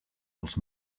als